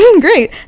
great